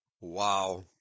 Wow